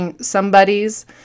somebody's